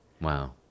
Wow